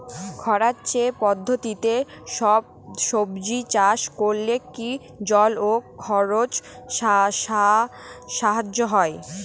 খরা সেচ পদ্ধতিতে সবজি চাষ করলে কি জল ও খরচ সাশ্রয় হয়?